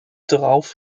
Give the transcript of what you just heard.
darauf